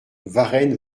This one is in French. varennes